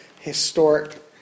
historic